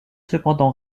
cependant